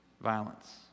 Violence